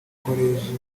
koleji